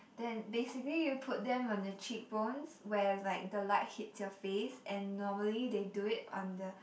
then basically you put them on the cheek bones where like the light hits your face and normally they do it on the